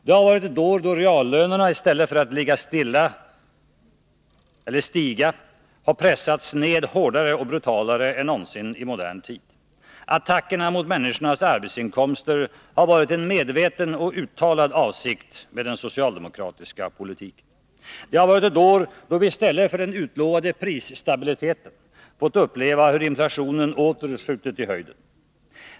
Det har varit ett år då reallönerna i stället för att ligga stilla eller stiga har pressats ned hårdare och brutalare än någonsin i modern tid. Attackerna mot människornas arbetsinkomster har varit en medveten och uttalad avsikt med den socialdemokratiska politiken. Det har varit ett år då vi i stället för den utlovade prisstabiliteten fått uppleva hur inflationen åter skjutit i höjden.